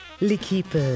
l'équipe